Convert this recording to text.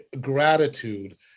gratitude